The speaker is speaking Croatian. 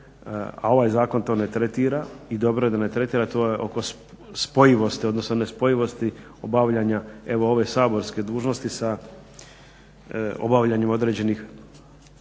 a ovaj zakon to ne tretira, i dobro je da ne tretira to je oko spojivosti, odnosno nespojivosti obavljanja evo ove saborske dužnosti sa obavljanjem određenih